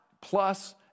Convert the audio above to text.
plus